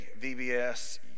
VBS